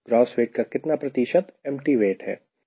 gross weight का कितना प्रतिशत एम्पटी वेट है